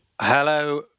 Hello